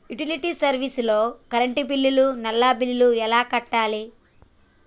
Utility service లో current bill, నల్లా bill ఎలా కట్టాలి?